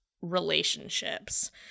relationships